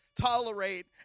tolerate